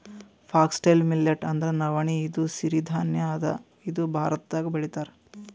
foxtail millet ಅಂದ್ರ ನವಣಿ ಇದು ಸಿರಿ ಧಾನ್ಯ ಅದಾ ಇದು ಭಾರತ್ದಾಗ್ ಬೆಳಿತಾರ್